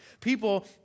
People